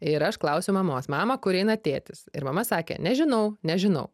ir aš klausiau mamos mama kur eina tėtis ir mama sakė nežinau nežinau